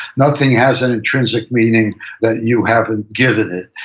nothing has an intrinsic meaning that you haven't given it,